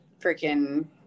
freaking